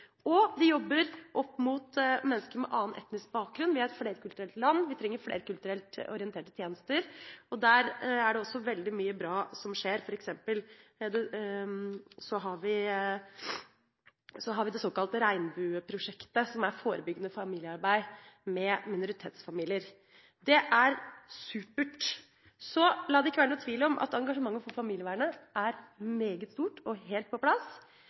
jobber opp mot mennesker med annen etnisk bakgrunn. Vi er et flerkulturelt land. Vi trenger flerkulturelt orienterte tjenester. Der er det også veldig mye bra som skjer. For eksempel har vi det såkalte Regnbueprosjektet, som er et forebyggende familiearbeid med minoritetsfamilier. Det er supert. Så la det ikke være noen tvil om at engasjementet for familievernet er meget stort og helt på plass.